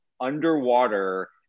underwater